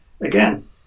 again